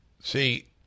See